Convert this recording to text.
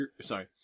sorry